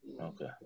Okay